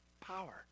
power